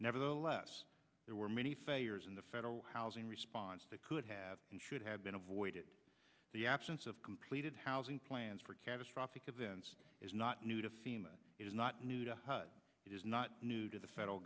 nevertheless there were many failures in the federal housing response that could have and should have been avoided the absence of completed housing plans for catastrophic events is not new to fema it is not new to it is not new to the federal